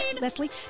Leslie